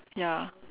ya